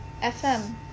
FM